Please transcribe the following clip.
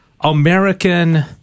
american